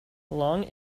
long